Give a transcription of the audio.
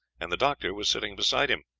and the doctor was sitting beside him.